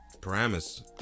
Paramus